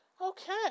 Okay